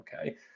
Okay